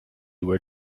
where